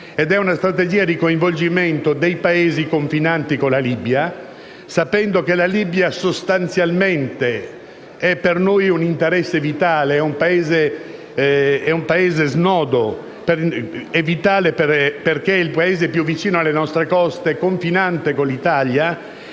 ed è una strategia di coinvolgimento dei Paesi confinanti con la Libia, sapendo che la Libia rappresenta per noi un interesse vitale: è un Paese snodo ed è vitale perché è il Paese più vicino alle nostre coste, confinante con l'Italia.